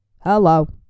hello